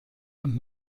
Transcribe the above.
und